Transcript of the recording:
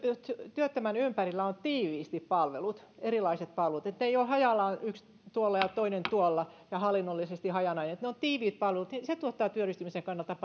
työttömän ympärillä on tiiviisti palvelut erilaiset palvelut etteivät ne ole hajallaan yksi tuolla ja toinen tuolla hallinnollisesti hajanaista niin se tuottaa työllistymisen kannalta